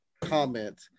comment